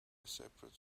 separate